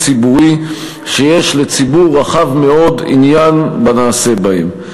ציבורי שיש לציבור רחב מאוד עניין בנעשה בהם.